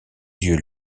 yeux